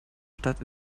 stadt